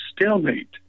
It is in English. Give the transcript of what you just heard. stalemate